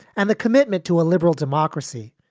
and the commitment to a liberal democracy.